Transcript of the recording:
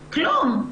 כלום.